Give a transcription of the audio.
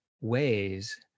ways